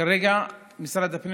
כרגע משרד הפנים